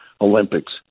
Olympics